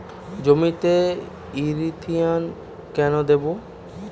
জমিতে ইরথিয়ন কেন দেবো?